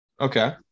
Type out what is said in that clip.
Okay